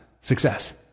Success